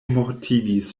mortigis